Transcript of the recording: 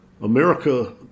America